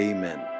Amen